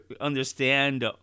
understand